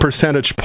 percentage